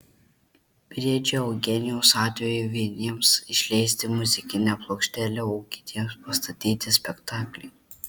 briedžio eugenijaus atveju vieniems išleisti muzikinę plokštelę o kitiems pastatyti spektaklį